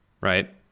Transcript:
right